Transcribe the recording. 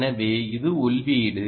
எனவே இது உள்ளீடு